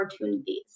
opportunities